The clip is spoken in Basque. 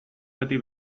beti